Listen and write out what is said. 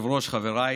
כולנו: